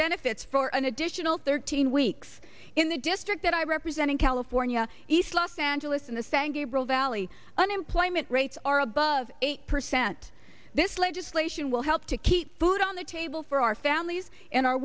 benefits for an additional thirteen weeks in the district that i represent in california east los angeles in the sangh gabriel valley unemployment rates are above eight percent this legislation will help to keep food on the table for our families and our